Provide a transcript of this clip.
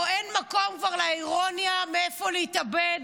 אין מקום כבר לאירוניה מאיפה להתאבד.